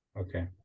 Okay